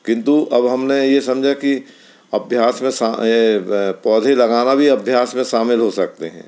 किन्तु अब हमने यह समझ की अभ्यास में सा पौधे लगाना भी अभ्यास में शामिल हो सकते हैं